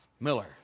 Miller